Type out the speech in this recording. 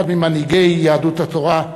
אחד ממנהיגי יהדות התורה,